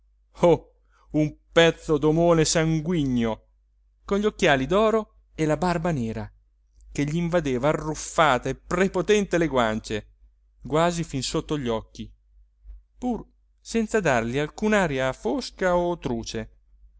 un pezzo d'omone sanguigno con gli occhiali d'oro e la barba nera che gl'invadeva arruffata e prepotente le guance quasi fin sotto gli occhi pur senza dargli alcun'aria fosca o truce